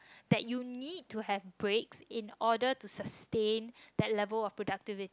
that you need to have break in order to sustain that level of productivity